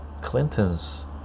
Clinton's